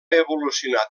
evolucionat